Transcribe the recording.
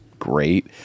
great